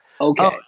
Okay